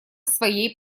своей